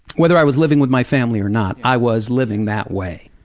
whether i was living with my family or not, i was living that way,